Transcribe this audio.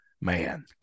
man